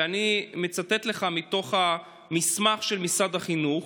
ואני אצטט לך מתוך המסמך של משרד החינוך.